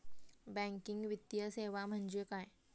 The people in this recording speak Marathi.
बँकिंग वित्तीय सेवा म्हणजे काय?